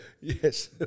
Yes